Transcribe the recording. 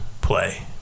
play